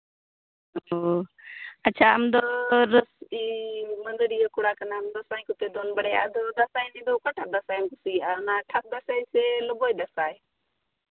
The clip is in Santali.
ᱟᱪᱪᱷᱟ ᱟᱢ ᱫᱚ ᱢᱟᱹᱫᱟᱹᱲᱤᱭᱟᱹ ᱠᱚᱲᱟ ᱠᱟᱱᱟᱢ ᱫᱟᱸᱥᱟᱭ ᱠᱚᱯᱮ ᱫᱚᱱ ᱵᱟᱲᱟᱭᱟ ᱟᱫᱚ ᱫᱟᱸᱥᱟᱭ ᱮᱱᱮᱡ ᱫᱚ ᱚᱠᱟᱴᱟᱜ ᱫᱟᱸᱥᱟᱭᱮᱢ ᱠᱩᱥᱤᱭᱟᱜᱼᱟ ᱴᱷᱟᱯ ᱫᱟᱸᱥᱟᱭ ᱥᱮ ᱞᱚᱵᱚᱭ ᱫᱟᱸᱥᱟᱭ